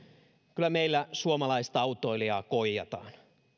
kyllä meillä suomalaista autoilijaa koijataan